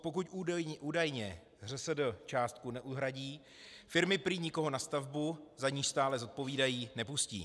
Pokud údajně ŘSD částku neuhradí, firmy prý nikoho na stavbu, za niž stále zodpovídají, nepustí.